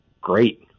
great